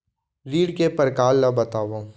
ऋण के परकार ल बतावव?